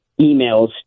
emails